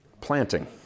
Planting